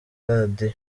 radio